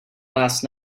last